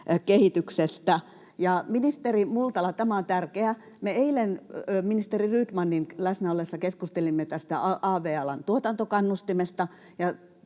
kehityksestä. Ministeri Multala, tämä on tärkeää: Me eilen ministeri Rydmanin läsnä ollessa keskustelimme tästä av-alan tuotantokannustimesta,